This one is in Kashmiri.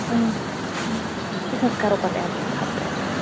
أسۍ حظ کَرو پَتہٕ ایٚڈجَسٹ یپٲرۍ ہُپٲرۍ